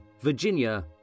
Virginia